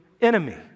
enemy